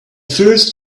first